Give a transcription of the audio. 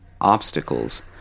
obstacles